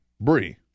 Brie